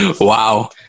Wow